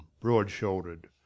broad-shouldered